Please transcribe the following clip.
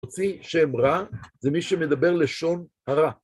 תוציא שם רע זה מי שמדבר לשון הרע.